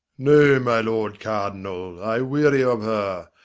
no, my lord cardinal, i weary of her!